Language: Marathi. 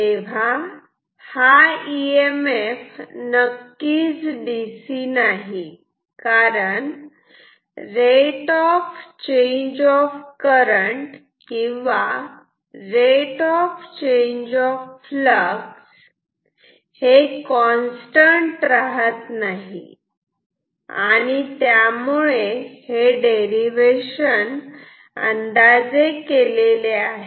तेव्हा हा इ एम एफ नक्कीच डीसी नाही कारण rate of change of current किंवा rate of change of flux हे कॉन्स्टंट राहत नाही आणि त्यामुळे हे डेरिवेशन अंदाजे केलेले आहे